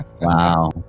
Wow